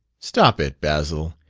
stop it, basil!